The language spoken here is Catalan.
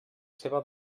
seva